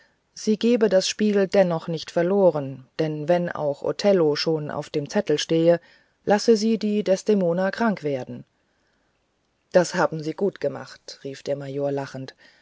sie gebe das spiel dennoch nicht verloren denn wenn auch othello schon auf dem zettel stehe lasse sie die desdemona krank werden das haben sie gut gemacht rief der major lachend